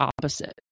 opposite